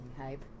hype